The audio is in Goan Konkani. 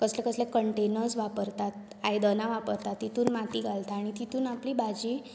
कसले कसले कंटेनर्स वापरतात आयदनां वापरतात तातूंत माती घालतात आनी तातूंत आपली भाजी